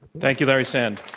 thank you, larry sand.